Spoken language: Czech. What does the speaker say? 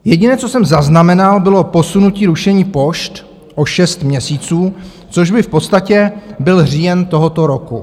Jediné, co jsem zaznamenal, bylo posunutí rušení pošt o šest měsíců, což by v podstatě byl říjen tohoto roku.